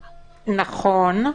נכון.